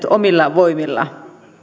omilla voimilla